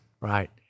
right